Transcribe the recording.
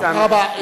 תודה רבה.